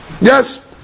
Yes